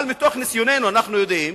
אבל מתוך ניסיוננו אנחנו יודעים